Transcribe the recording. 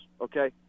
okay